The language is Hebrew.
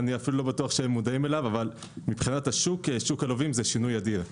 אני אפילו לא בטוח שהם מודעים לו אבל מבחינת שוק הלווים זה שינוי אדיר.